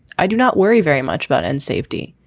i do not worry very much about and safety.